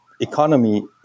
economy